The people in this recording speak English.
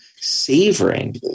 savoring